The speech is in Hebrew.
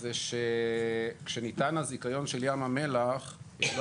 זה שכשניתן הזיכיון של ים המלח לא